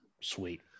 Sweet